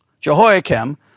Jehoiakim